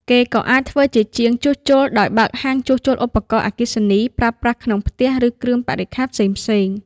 គេក៏អាចធ្វើជាជាងជួសជុល ដោយបើកហាងជួសជុលឧបករណ៍អគ្គិសនីប្រើប្រាស់ក្នុងផ្ទះ ឬគ្រឿងបរិក្ខារផ្សេងៗ។